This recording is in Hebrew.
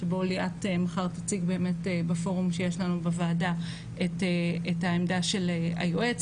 שבו ליאת מחר תציג בפורום שיש לנו בוועדה את העמדה של היועץ,